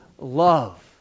love